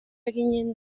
eginen